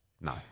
No